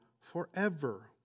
forever